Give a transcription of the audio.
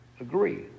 agree